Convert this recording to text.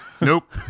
Nope